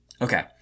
Okay